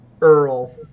Earl